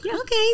okay